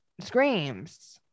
screams